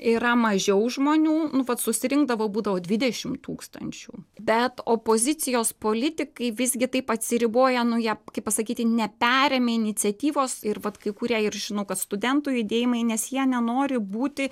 yra mažiau žmonių nu vat susirinkdavo būdavo dvidešim tūkstančių bet opozicijos politikai visgi taip atsiriboja nu jie kaip pasakyti neperėmė iniciatyvos ir vat kai kurie ir žinau kad studentų judėjimai nes jie nenori būti